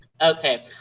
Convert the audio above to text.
Okay